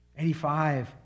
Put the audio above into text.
85